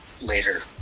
later